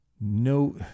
No